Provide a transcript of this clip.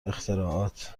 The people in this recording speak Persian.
اختراعات